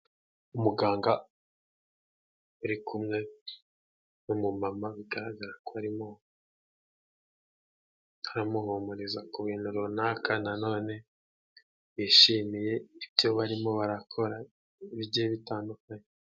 Umuganga uri kumwe n'umumama bigaragara ko arimo aramuhumuriza ku bintu runaka, na none bishimiye ibyo barimo barakora bigiye bitandukanye.